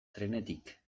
trenetik